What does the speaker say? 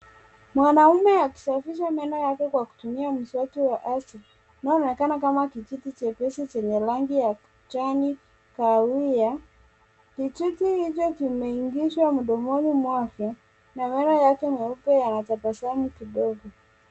Mwanaume akisafisha meno yake akitumia mswaki wa asili unaonekana kama kijiti chenye rangi ya kijani kahawia. Kijiti hicho kimeingizwa mdomoni mwake na meno yake meupe yanatabasamu kidogo.